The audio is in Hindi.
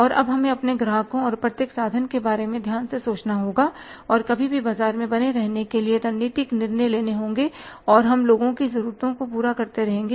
और अब हमें अपने ग्राहकों और प्रत्येक साधन के बारे में ध्यान से सोचना होगा और कभी भी बाजार में बने रहने के लिए रणनीतिक निर्णय लेने होंगे और हम लोगों की ज़रूरतों को पूरा करते रहेंगे